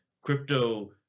crypto